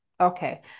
Okay